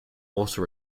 also